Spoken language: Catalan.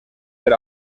per